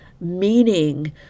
meaning